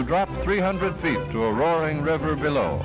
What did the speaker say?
to drop three hundred feet to a roaring river below